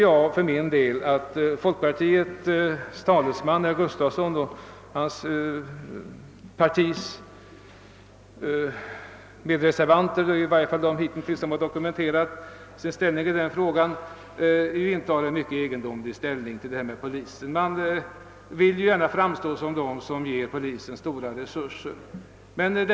Jag tycker att folkpartiets talesman, herr Gustafsson i Skellefteå, och medreservanterna från hans parti, i varje fall de som hittills dokumenterat sin åsikt i frågan, intar en mycket egendomlig hållning till polisen. Folkpartiet vill gärna framstå som om det ville ge polisen stora resurser.